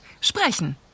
Sprechen